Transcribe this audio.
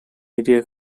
media